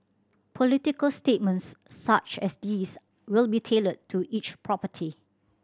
political statements such as these will be tailored to each property